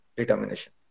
determination